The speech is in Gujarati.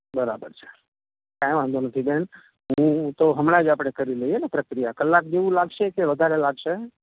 બરાબર છે કંઈ વાંધો નથી બેન હું તો હમણાં જ આપણે કરી લઈએ ને પ્રક્રિયા કલાક જેવું લાગશે કે વધારે લાગશે